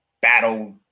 battle